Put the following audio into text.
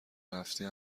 رفتی